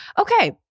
okay